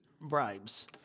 bribes